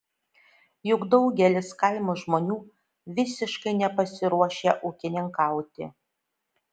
juk daugelis kaimo žmonių visiškai nepasiruošę ūkininkauti